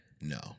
No